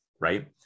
right